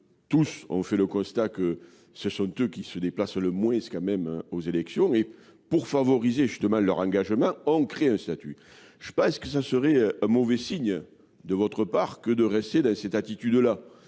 tousse, on fait le constat que ce sont eux qui se déplacent le moins quand même aux élections, et pour favoriser justement leur engagement, on crée un statut. Je pense que ça serait un mauvais signe de votre part que de rester dans cette attitude-là,